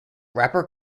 rapper